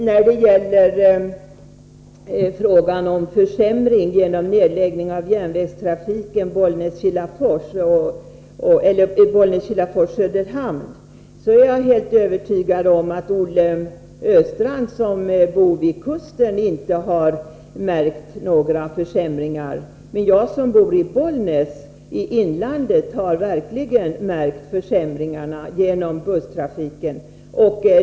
När det gäller frågan om försämring genom nedläggning av järnvägstrafiken Bollnäs-Kilafors-Söderhamn är jag helt övertygad om att Olle Östrand, som bor vid kusten, inte har märkt några försämringar. Men jag som bor i Bollnäs, i inlandet, har verkligen märkt de försämringar som enbart busstrafik innebär.